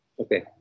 okay